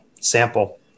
sample